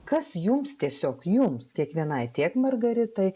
kas jums tiesiog jums kiekvienai tiek margaritai